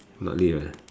not lift ah